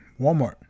Walmart